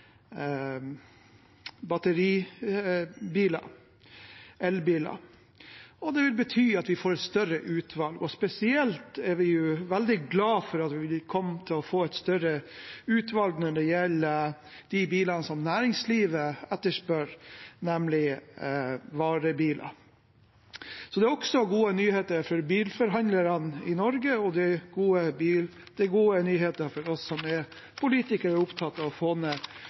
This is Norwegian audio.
elbiler. Det betyr at vi får et større utvalg. Spesielt er vi veldig glad for at vi kommer til å få et større utvalg i de bilene som næringslivet etterspør, nemlig varebiler. Så det er også gode nyheter for bilforhandlerne i Norge, og det er gode nyheter for oss politikere som er opptatt av